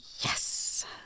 Yes